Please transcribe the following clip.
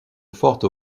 forte